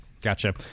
Gotcha